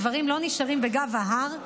הדברים לא נשארים בגב ההר.